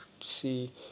see